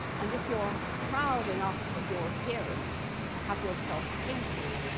and if you're proud enough of your appearance to have yourself painted,